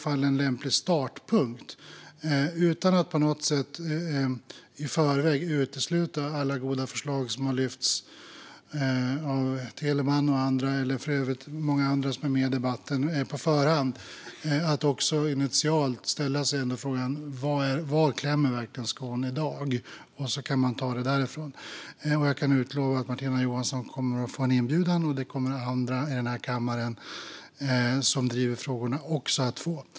Utan att på något sätt i förväg utesluta alla goda förslag som har lyfts fram av Teleman och de många andra som är med i debatten kan jag säga att det för mig är en lämplig startpunkt att ställa sig frågan var skon klämmer. Sedan kan man ta det därifrån. Jag kan utlova att Martina Johansson kommer att få en inbjudan, och det kommer andra i den här kammaren som driver frågorna också att få.